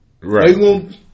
Right